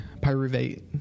pyruvate